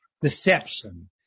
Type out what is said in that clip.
deception